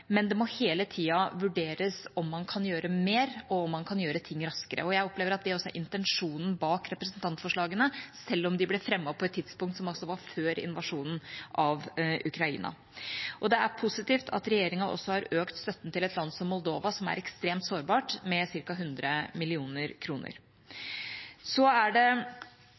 men det må hele tida vurderes om man kan gjøre mer, og om man kan gjøre ting raskere. Jeg opplever at det også er intensjonen bak representantforslagene, selv om de ble fremmet på et tidspunkt som altså var før invasjonen av Ukraina. Det er positivt at regjeringa også har økt støtten til et land som Moldova, som er ekstremt sårbart, med ca. 100 mill. kr. Som forslagsstillerne også er inne på i innstillinga, er det